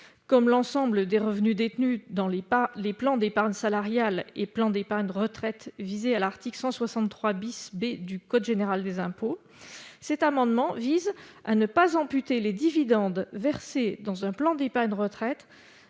comme l'ensemble des revenus détenus dans les plans d'épargne salariale et les plans d'épargne retraite visés à l'article 163 B du code général des impôts. Cet amendement vise à ne pas amputer les dividendes versés dans un PER du prélèvement